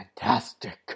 fantastic